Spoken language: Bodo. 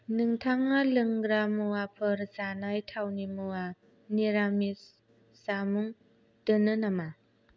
नोंथाङा लोंग्रा मुवाफोर जानाय थावनि मुवा निरामिस जामुं दोनो नामा